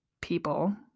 people